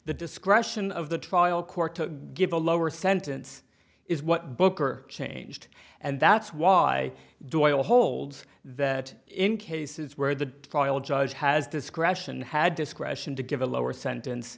the discretion of the trial court to give a lower sentence is what booker changed and that's why do i hold that in cases where the trial judge has discretion had discretion to give a lower sentence